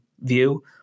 view